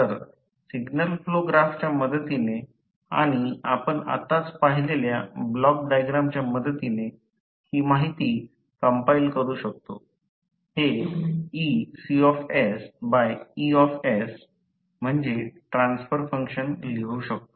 तर signal flow ग्राफच्या मदतीने आणि आपण आत्ताच पाहिलेल्या ब्लॉक डायग्रामच्या मदतीने ही माहिती कंपाईल करू शकतो हे EcE म्हणजे ट्रान्सफर फंक्शन लिहू शकतो